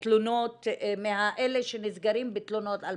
מאלה שנסגרים בתלונות אלמ"ב.